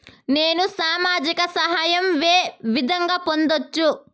నేను సామాజిక సహాయం వే విధంగా పొందొచ్చు?